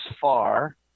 far